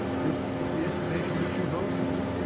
this is the estimation in which you hold me!